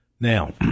Now